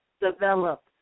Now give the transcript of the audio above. develop